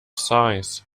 sighs